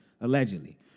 allegedly